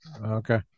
Okay